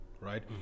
right